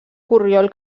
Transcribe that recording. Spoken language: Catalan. corriol